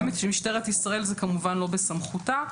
משטרת ישראל, זה כמובן לא בסמכותה.